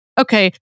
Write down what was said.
okay